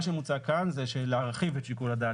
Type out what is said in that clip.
מה שמוצע כאן זה להרחיב את שיקול הדעת